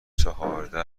چهارده